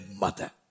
mother